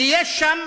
כי יש שם